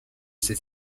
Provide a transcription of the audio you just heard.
ses